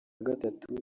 gatatu